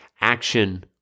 action